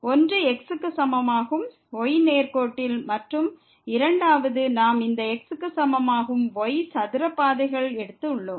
ஒன்று x க்கு சமமாகும் y நேர்க்கோட்டில் இருக்கிறது மற்றும் இரண்டாவது x க்கு சமமாகும் y சதுர பாதைகளை எடுத்து உள்ளோம்